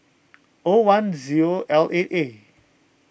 O one zero L eight eight